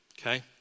Okay